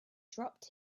dropped